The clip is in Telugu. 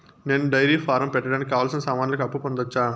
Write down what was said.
నేను డైరీ ఫారం పెట్టడానికి కావాల్సిన సామాన్లకు అప్పు పొందొచ్చా?